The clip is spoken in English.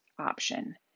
option